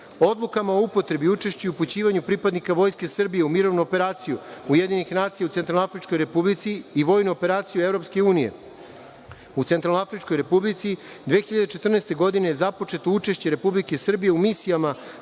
Odlukama o upotrebi, učešću i upućivanju pripadnika Vojske Srbije u mirovnim operacijama UN u Centralnoafričkoj Republici i vojnu operaciju EU u Centralnoafričkoj Republici, 2014. godine je započeto učešće Republike Srbije u misijama